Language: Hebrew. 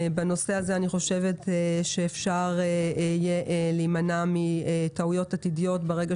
בנושא הזה אני חושבת שאפשר להימנע מטעויות עתידיות ברגע